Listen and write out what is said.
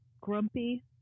grumpy